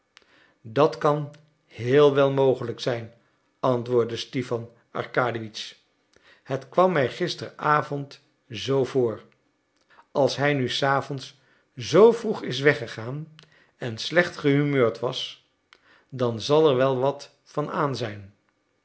dat kan heel wel mogelijk zijn antwoordde stipan arkadiewitsch het kwam mij gisteravond zoo voor als hij nu s avonds zoo vroeg is weg gegaan en slecht gehumeurd was dan zal er wel wat van aan zijn